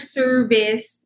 service